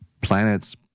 planets